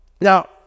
Now